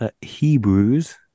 Hebrews